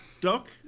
Doc